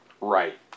right